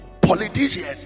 politicians